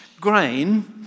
grain